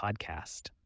podcast